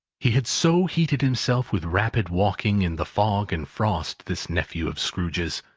he had so heated himself with rapid walking in the fog and frost, this nephew of scrooge's,